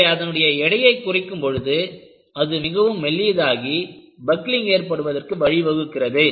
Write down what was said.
எனவே அதனுடைய எடையை குறைக்கும் பொழுது அது மிகவும் மெல்லியதாகி பக்லிங் ஏற்படுவதற்கு வழிவகுக்கிறது